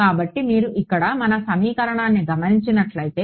కాబట్టి మీరు ఇక్కడ మన సమీకరణాన్ని గమనించినట్లయితే